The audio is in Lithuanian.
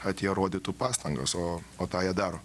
kad jie rodytų pastangas o o tą jie daro